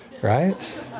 right